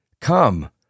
Come